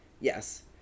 Yes